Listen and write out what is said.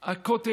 הכותל